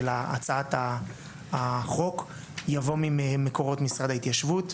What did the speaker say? של הצעת החוק יבוא ממקורות משרד ההתיישבות.